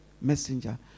Messenger